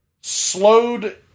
slowed